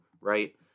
Right